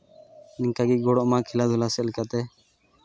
ᱱᱤᱝᱠᱟ ᱜᱮ ᱜᱚᱲᱚᱜ ᱢᱟᱭ ᱠᱷᱮᱞᱟ ᱫᱷᱩᱞᱟ ᱥᱮᱫ ᱞᱮᱠᱟᱛᱮ